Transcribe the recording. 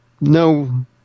No